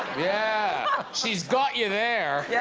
yeah she's got you there yeah